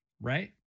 right